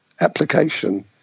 application